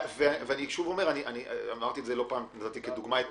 ושוב אומר, נתתי כדוגמה את